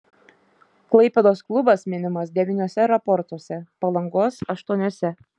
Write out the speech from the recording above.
klaipėdos klubas minimas devyniuose raportuose palangos aštuoniuose